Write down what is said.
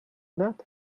that